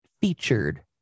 Featured